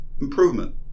improvement